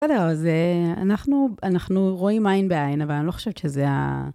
בסדר, אז אנחנו רואים עין בעין, אבל אני לא חושבת שזה ה...